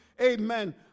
amen